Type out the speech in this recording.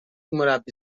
مربی